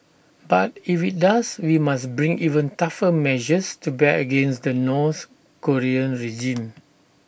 but if IT does we must bring even tougher measures to bear against the north Korean regime